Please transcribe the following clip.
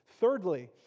Thirdly